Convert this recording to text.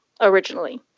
originally